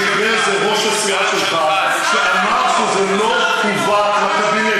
במקרה זה ראש הסיעה שלך שאמר שזה לא הובא לקבינט,